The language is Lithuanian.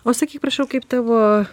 o sakyk prašau kaip tavo